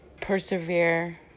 persevere